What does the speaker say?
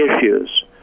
issues